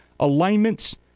alignments